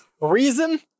reason